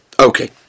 Okay